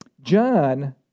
John